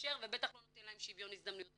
מאפשר ובטח לא נותן להם שוויון הזדמנויות.